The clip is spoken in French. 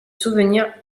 souvenir